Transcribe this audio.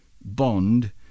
bond